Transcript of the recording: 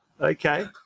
Okay